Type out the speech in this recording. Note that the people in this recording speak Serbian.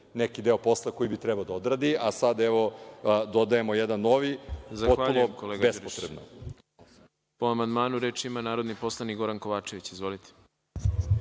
neki deo posla koji bi trebao da odradi, a sad, evo, dodajemo jedan novi potpuno bespotrebno.